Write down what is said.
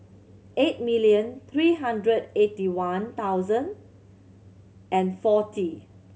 eight million three hundred eighty one thousand and forty